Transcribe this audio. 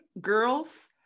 girls